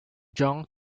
jong